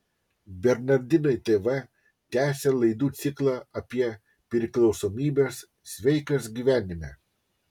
bernardinai tv tęsia laidų ciklą apie priklausomybes sveikas gyvenime